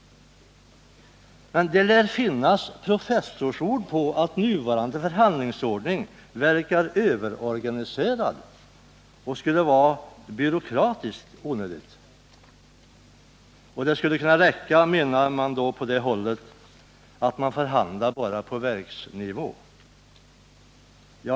Det lär dock finnas professorsord på att nuvarande förhandlingsordning verkar överorganiserad och skulle vara onödigt byråkratisk. Det framhålls från det hållet att det kunde räcka med att förhandla bara på verksnivå.